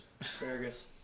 Asparagus